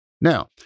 Now